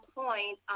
point